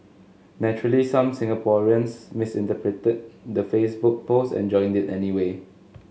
naturally some Singaporeans misinterpreted the Facebook post and joined it anyway